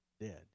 dead